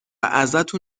ازتون